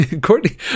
Courtney